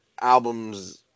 albums